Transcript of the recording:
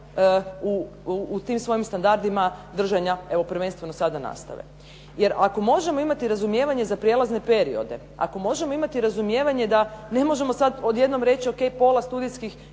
u tim svojim standardima držanja, evo prvenstveno sada nastave. Jer ako možemo imati razumijevanje za prijelazne periode, ako možemo imati razumijevanje da ne možemo sad odjednom reći ok, pola studijskih